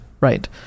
right